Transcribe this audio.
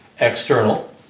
external